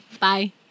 Bye